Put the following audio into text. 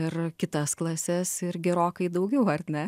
ir kitas klases ir gerokai daugiau ar ne